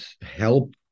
help